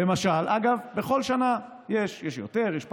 אגב, בכל שנה יש, יש יותר, יש פחות,